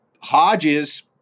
Hodges